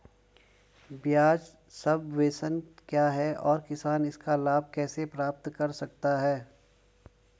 ब्याज सबवेंशन क्या है और किसान इसका लाभ कैसे प्राप्त कर सकता है?